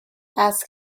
ask